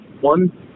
one